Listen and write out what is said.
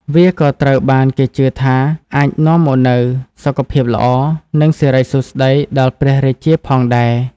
វាក៏ត្រូវបានគេជឿថាអាចនាំមកនូវសុខភាពល្អនិងសិរីសួស្តីដល់ព្រះរាជាផងដែរ។